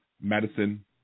medicine